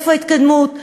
איפה ההתקדמות,